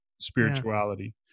spirituality